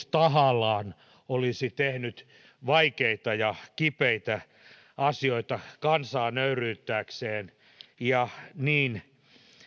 tahallaan olisi tehnyt vaikeita ja kipeitä asioita kansaa nöyryyttääkseen ja niin